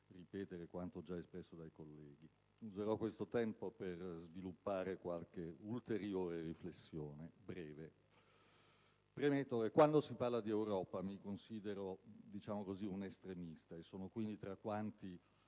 ripetere quanto già espresso dai colleghi. Userò questo tempo per sviluppare qualche ulteriore breve riflessione. Premetto che, quando si parla di Europa, mi considero un estremista e sono quindi tra quanti